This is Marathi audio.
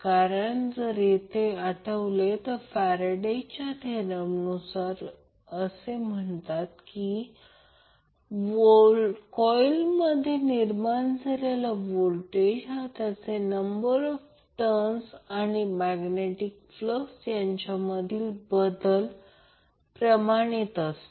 कारण जर तुम्हाला आठवले तर फॅरडे च्या थेरमनुसार असे म्हणतात की कॉइलमध्ये निर्माण झालेला व्होल्टेज हा त्याचे नम्बर ऑफ टर्न आणि मैग्नेटिक फ्लक्स मधील बदल याच्याशी प्रमाणित असते